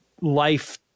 life